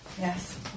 Yes